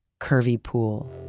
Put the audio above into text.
curvy pool.